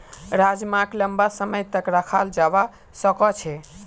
राजमाक लंबा समय तक रखाल जवा सकअ छे